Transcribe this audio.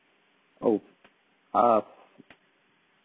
oh err